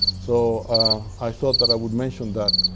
so i thought that i would mention that